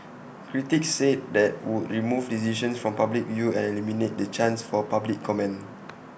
critics said that would remove decisions from public view and eliminate the chance for public comment